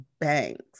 Banks